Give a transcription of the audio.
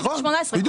עד גיל 18,